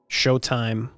showtime